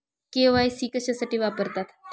KYC कशासाठी वापरतात?